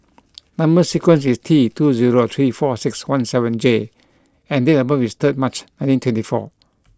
number sequence is T two zero three four six one seven J and date of birth is third March nineteen twenty four